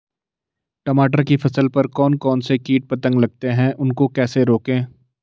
टमाटर की फसल पर कौन कौन से कीट पतंग लगते हैं उनको कैसे रोकें?